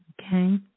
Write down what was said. Okay